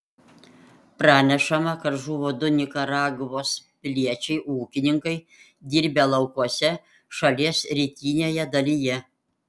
pranešama kad žuvo du nikaragvos piliečiai ūkininkai dirbę laukuose šalies rytinėje dalyje